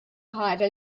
ħaġa